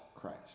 Christ